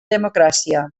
democràcia